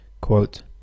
Quote